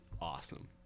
awesome